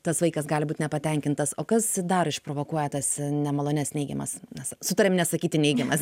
tas vaikas gali būt nepatenkintas o kas dar išprovokuoja tas nemalonias neigiamas na sutarėm nesakyti neigiamas